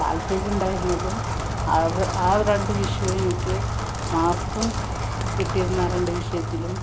താൽപര്യമുണ്ടായിരുന്നതും അവ ആ ഒരണ്ട് വിഷയം എനിക്ക് മാർക്കും കിട്ടിയിരുന്ന ആ രണ്ട് വിഷയത്തിലും